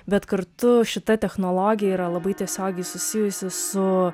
bet kartu šita technologija yra labai tiesiogiai susijusi su